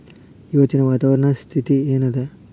ಇವತ್ತಿನ ವಾತಾವರಣ ಸ್ಥಿತಿ ಏನ್ ಅದ?